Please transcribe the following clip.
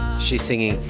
she's singing,